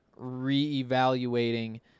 reevaluating